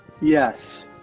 Yes